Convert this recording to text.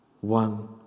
One